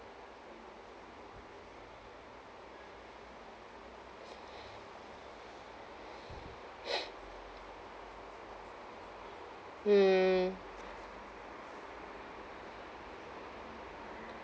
mm